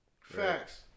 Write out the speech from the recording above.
Facts